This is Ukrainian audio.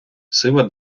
сива